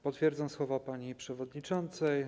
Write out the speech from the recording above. Potwierdzam słowa pani przewodniczącej.